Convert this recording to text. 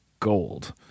gold